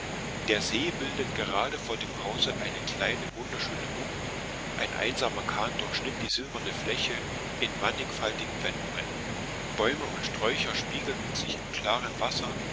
der see bildet gerade vor dem hause eine kleine wunderschöne bucht ein einsamer kahn durchschnitt die silberne fläche in mannigfaltigen wendungen bäume und sträuche spiegelten sich im klaren wasser